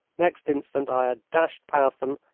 next instant i had dashed past them,